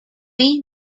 way